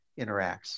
interacts